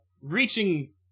Reaching